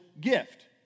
gift